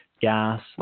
gas